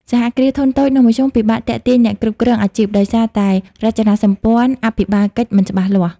សហគ្រាសធុនតូច និងមធ្យម ពិបាកទាក់ទាញអ្នកគ្រប់គ្រងអាជីព ដោយសារតែរចនាសម្ព័ន្ធអភិបាលកិច្ចមិនច្បាស់លាស់។